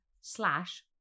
slash